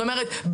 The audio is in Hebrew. זאת אומרת,